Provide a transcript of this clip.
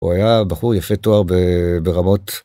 הוא היה בחור יפה תואר ברמות.